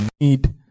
need